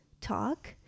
talk